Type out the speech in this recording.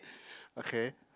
okay